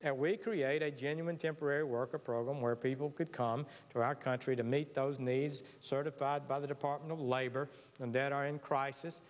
that we create a genuine temporary worker program where people could come to our country to meet those needs certified by the department of labor and that are in crisis